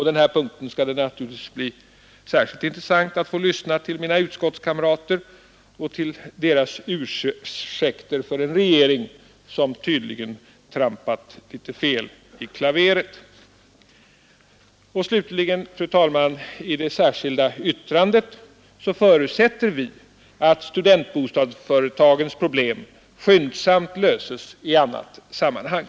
På den här punkten skall det naturligtvis bli särskilt intressant att få lyssna till mina utskottskamrater och till deras ter för en regering som tydligen trampat litet fel i klaveret. Slutligen, fru talman, förutsätter vi i det särskilda yttrandet att studentbostadsföretagens problem skyndsamt löses i annat sammanhang.